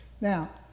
Now